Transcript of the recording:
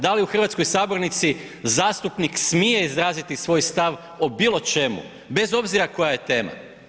Da li u hrvatskoj sabornici zastupnik smije izraziti svoj stav o bilo čemu, bez obzira koja je tema?